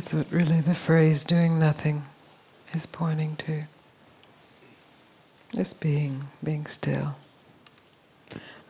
thought really the furries doing nothing is pointing to this being being still